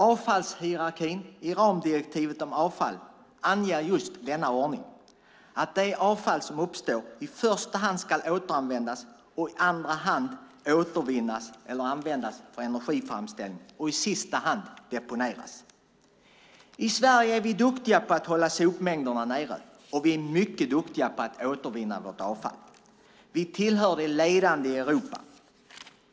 Avfallshierarkin i ramdirektivet om avfall anger just denna ordning - det avfall som uppstår ska i första hand återanvändas, i andra hand återvinnas eller användas för energiframställning och i sista hand deponeras. I Sverige är vi duktiga på att hålla sopmängderna nere. Vi är mycket duktiga på att återvinna vårt avfall. Vi tillhör de ledande i Europa.